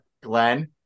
Glenn